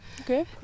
okay